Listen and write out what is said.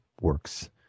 works